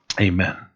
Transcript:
Amen